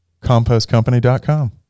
compostcompany.com